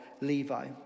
Levi